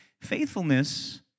faithfulness